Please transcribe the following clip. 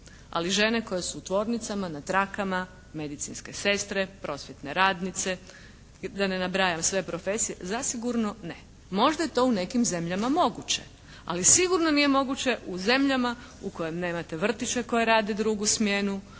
Ali žene koje su u tvornicama, na trakama, medicinske sestre, prosvjetne radnice, da ne nabrajam sve profesije, zasigurno ne. Možda je to u nekim zemljama moguće. Ali sigurno nije moguće u zemljama u kojim nemate vrtića koji rade drugu smjenu,